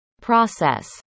process